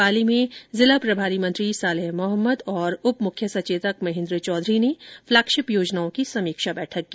पाली में जिला प्रभारी मंत्री सालेह मोहम्मद और उप मुख्य सचेतक महेन्द्र चौधरी ने फ्लैगशिप योजनाओं की समीक्षा बैठक की